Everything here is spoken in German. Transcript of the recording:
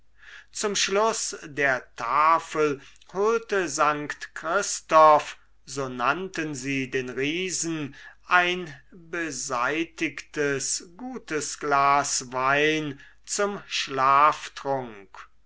zum schlusse der tafel holte st christoph so nannten sie den riesen ein beseitigtes gutes glas wein zum schlaftrunk